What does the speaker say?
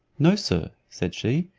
no, sir, said she,